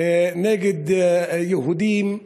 נגד יהודים,